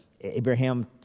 Abraham